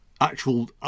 actual